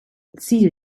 ziel